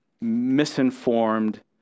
misinformed